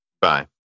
bye